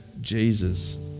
Jesus